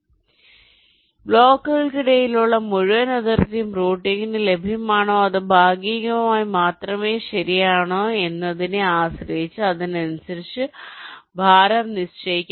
അതിനാൽ ബ്ലോക്കുകൾക്കിടയിലുള്ള മുഴുവൻ അതിർത്തിയും റൂട്ടിംഗിന് ലഭ്യമാണോ അതോ ഭാഗികമായി മാത്രമേ ശരിയാണോ എന്നതിനെ ആശ്രയിച്ച് അതിനനുസരിച്ച് ഭാരം നിശ്ചയിക്കാം